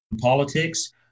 politics